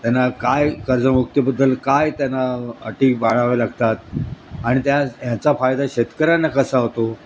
त्यांना काय कर्जमुक्तीबद्दल काय त्यांना अटी पाळाव्या लागतात आणि त्या ह्याचा फायदा शेतकऱ्यांना कसा होतो